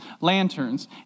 lanterns